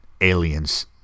aliens